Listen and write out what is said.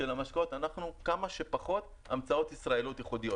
שיראו ממש ויזואלית,